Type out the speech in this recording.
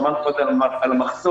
שמענו קודם על המחסור,